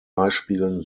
beispielen